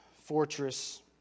fortress